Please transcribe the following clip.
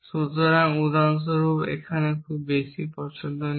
সুতরাং উদাহরণস্বরূপ এখানে খুব বেশি পছন্দ নেই